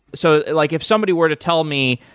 so like if somebody were to tell me,